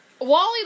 Wally